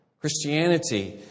Christianity